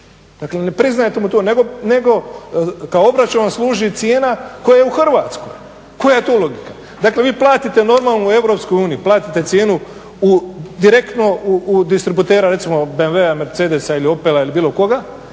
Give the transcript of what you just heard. Dakle, ne priznaje mu to nego kao obračun služi cijena koja je u Hrvatskoj. Koja je to logika? Dakle, vi platite normalno u EU, platite cijenu direktno u distributera, recimo BMW-a, Mercedesa ili Opela ili bilo koga